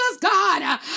God